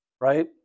Right